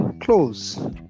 close